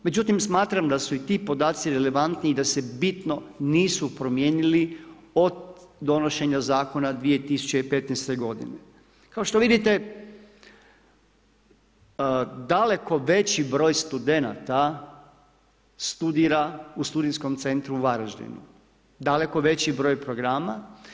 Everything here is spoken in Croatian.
Međutim, smatram da su i ti podaci relevantni i da se bitno nisu promijenili od donošenja zakona 2015. g. Kao što vidite, daleko veći broj studenata, studira u studijskom centru Varaždinu, daleko veći broj programa.